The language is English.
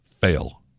fail